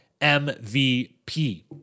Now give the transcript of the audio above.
MVP